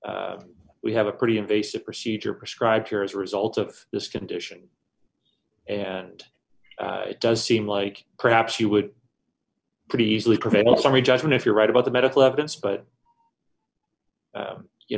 shows we have a pretty invasive procedure prescribed here as a result of this condition and it does seem like perhaps you would pretty easily prevent summary judgment if you're right about the medical evidence but